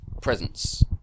presence